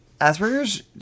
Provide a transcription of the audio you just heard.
Asperger's